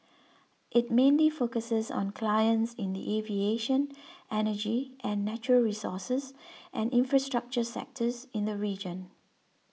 it mainly focuses on clients in the aviation energy and natural resources and infrastructure sectors in the region